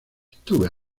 estuve